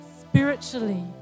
spiritually